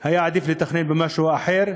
היה עדיף לתכנן משהו אחר,